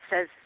says